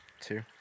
Two